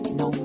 no